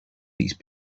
these